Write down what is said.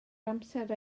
amser